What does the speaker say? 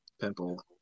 Pimple